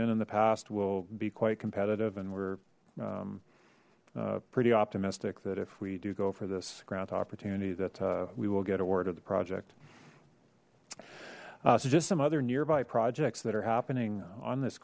been in the past will be quite competitive and we're pretty optimistic that if we do go for this grant opportunity that we will get a word of the project so just some other nearby projects that are happening on this